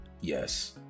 Yes